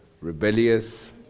rebellious